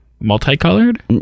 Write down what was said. Multicolored